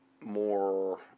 more